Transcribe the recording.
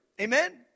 Amen